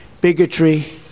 bigotry